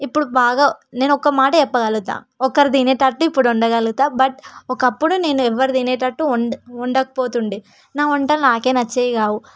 ఇప్పుడు బాగా నేనొక్క మాట చెప్పగలుగుతాను ఒకరు తినేటట్టు ఇప్పుడు వండగలుగుతాను బట్ ఒకప్పుడు నేను ఎవరూ తినేటట్టు వండ వండకపోతుండేది నా వంటలు నాకే నచ్చేవి కావు